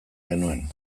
genuen